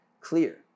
clear